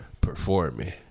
performing